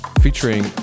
featuring